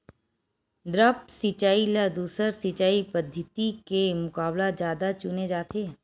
द्रप्स सिंचाई ला दूसर सिंचाई पद्धिति के मुकाबला जादा चुने जाथे